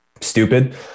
stupid